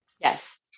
Yes